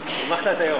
בחריש.